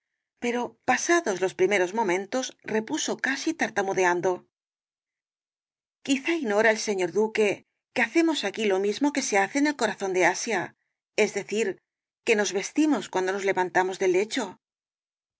pero pasados los primeros momentos repuso casi tartamudeando quizá ignora el señor duque que hacemos aquí lo mismo que se hace en el corazón del asia es decir que nos vestimos cuando nos levantamos del lecho el